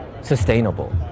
sustainable